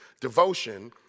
devotion